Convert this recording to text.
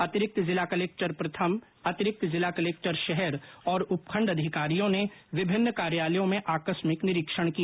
अतिरिक्त जिला कलक्टर प्रथम अतिरिक्त जिला कलक्टर शहर और उपखण्ड अधिकारियों ने विभिन्न कार्यालयों में आकस्मिक निरीक्षण किया